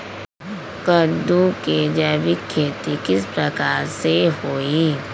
कददु के जैविक खेती किस प्रकार से होई?